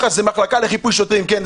מח"ש זאת מחלקה לחיפוי שוטרים, כן.